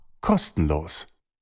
Kostenlos